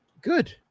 good